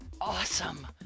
awesome